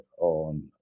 on